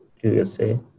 USA